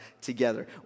together